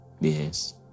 yes